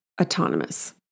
autonomous